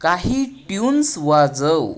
काही ट्यून्स वाजव